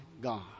God